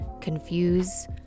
confuse